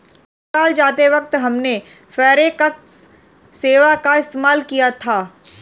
नेपाल जाते वक्त हमने फॉरेक्स सेवा का इस्तेमाल किया था